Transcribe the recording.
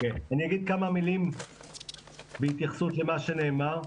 כמה מילים בהתייחסות למה שנאמר.